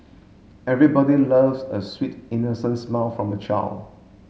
everybody loves a sweet innocent smile from a child